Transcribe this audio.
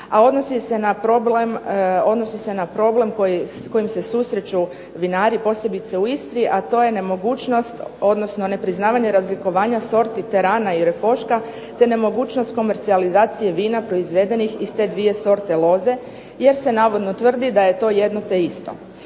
a odnosi se na problem s kojim se susreću vinari posebice u Istri, a to je nemogućnost, odnosno nepriznavanje razlikovanja sorti Terana i Refoška, te nemogućnost komercijalizacije vina iz te dvije sorte loze jer se navodno tvrdi da je to jedno te isto.